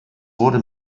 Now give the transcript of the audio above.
wurde